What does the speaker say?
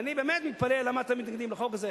ואני באמת מתפלא למה אתם מתנגדים לחוק הזה.